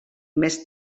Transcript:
més